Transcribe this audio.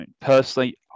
personally